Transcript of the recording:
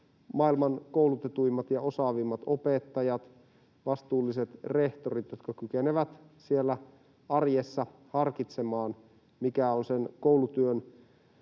maailman koulutetuimmat ja osaavimmat opettajat, vastuulliset rehtorit, jotka kykenevät siellä arjessa harkitsemaan, mikä on sen koulutyön